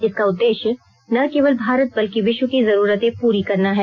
इसका उद्देश्य न केवल भारत बल्कि विश्व की जरूरतें पूरी करना है